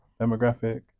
demographic